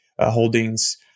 holdings